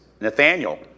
Nathaniel